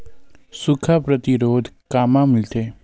सुखा प्रतिरोध कामा मिलथे?